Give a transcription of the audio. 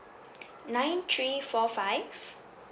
nine three four five